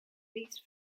least